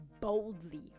boldly